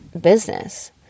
Business